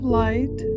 light